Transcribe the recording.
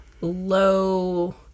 low